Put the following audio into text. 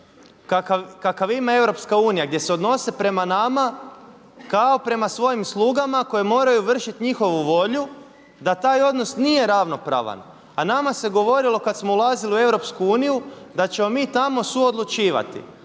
kakav ima EU gdje se odnose prema nama kao prema svojim slugama koje moraju vršiti njihovu volju da taj odnos nije ravnopravan, a nama se govorilo kada smo ulazili u EU da ćemo mi tamo suodlučivati.